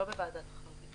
זה לא בוועדת חריגים.